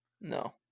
No